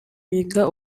biga